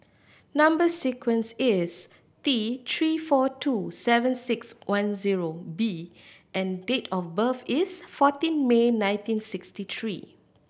number sequence is T Three four two seven six one zero B and date of birth is fourteen May nineteen sixty three